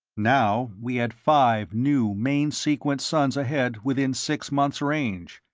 now we had five new main-sequence suns ahead within six months' range.